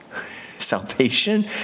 salvation